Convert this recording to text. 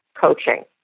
coaching